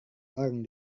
orang